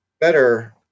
better